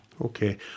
Okay